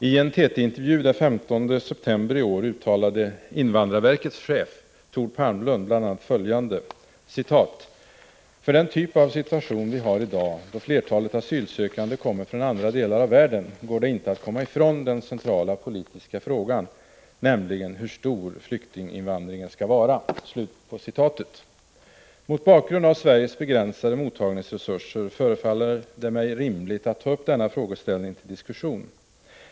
I en TT-intervju den 15 september i år uttalade invandrarverkets chef, Thord Palmlund, bl.a. följande: ”För den typ av situation vi har i dag, då flertalet asylsökande kommer från andra delar av världen, går det inte att komma ifrån den centrala politiska frågan, nämligen hur stor flyktinginvandringen skall vara.” Mot bakgrund av Sveriges begränsade mottagningsresurser förefaller det mig rimligt att ta upp denna frågeställning till diskussion.